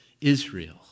Israel